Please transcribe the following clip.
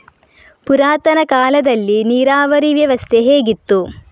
ಪುರಾತನ ಕಾಲದಲ್ಲಿ ನೀರಾವರಿ ವ್ಯವಸ್ಥೆ ಹೇಗಿತ್ತು?